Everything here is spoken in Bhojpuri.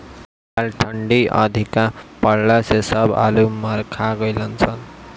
इ साल ठंडी अधिका पड़ला से सब आलू मार खा गइलअ सन